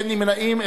אין נמנעים,